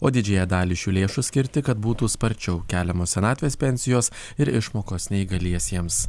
o didžiąją dalį šių lėšų skirti kad būtų sparčiau keliamos senatvės pensijos ir išmokos neįgaliesiems